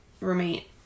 roommate